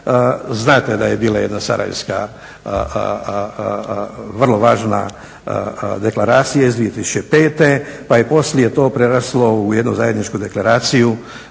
znate da je bila jedna sarajevska vrlo važna deklaracija iz 2005. pa je poslije to preraslo u jednu zajedničku deklaraciju